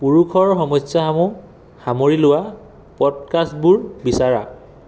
পুৰুষৰ সমস্যাসমূহ সামৰি লোৱা পডকাষ্টবোৰ বিচাৰা